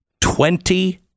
Twenty